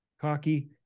Cocky